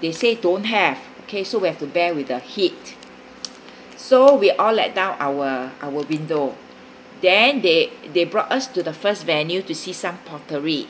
they say don't have okay so we have to bear with the heat so we all let down our our window then they they brought us to the first venue to see some pottery